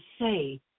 say